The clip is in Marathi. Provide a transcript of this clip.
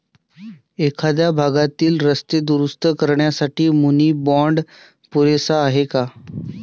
एखाद्या भागातील रस्ते दुरुस्त करण्यासाठी मुनी बाँड पुरेसा आहे का?